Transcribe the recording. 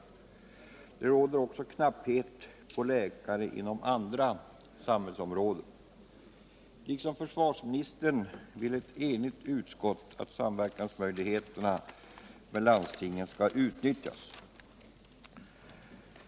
Det råder också knapphet på läkare inom andra samhällsområden. Liksom försvarsministern vill ett enigt utskott att möjligheterna till samverkan med landstinget skall utnyttjas.